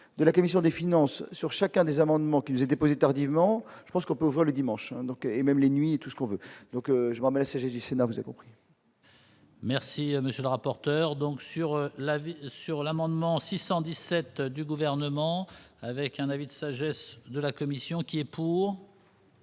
de la commission des finances sur chacun des amendements qu'ils étaient posées tardivement, je pense qu'on peut voir le dimanche donc, et même la nuit, tout ce qu'on veut, donc je m'messager du Sénat, vous êtes-vous. Merci, monsieur le rapporteur, donc sur l'avis sur l'amendement 617 du gouvernement avec un avis de sagesse de la commission qui est pour.